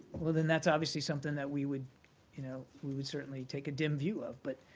well, then that's obviously something that we would you know we would certainly take a dim view of. but